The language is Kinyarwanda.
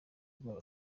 ubwoba